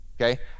Okay